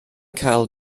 cael